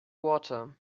water